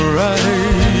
right